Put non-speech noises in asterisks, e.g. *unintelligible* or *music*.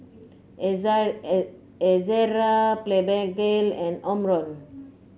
*unintelligible* Ezerra Blephagel and Omron